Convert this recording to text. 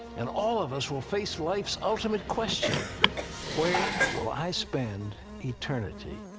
and all of us will face life's ultimate question where will i spend eternity?